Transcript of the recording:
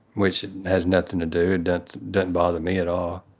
which has nothing to do. it doesn't doesn't bother me at all.